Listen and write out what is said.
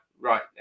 right